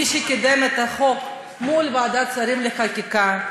מי שקידם את החוק מול ועדת שרים לחקיקה,